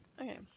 Okay